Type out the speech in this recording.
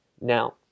Now